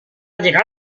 llegar